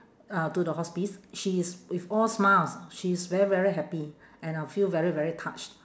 uh to the hospice she is with all smiles she's very very happy and I feel very very touched